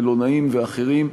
מלונאים ואחרים,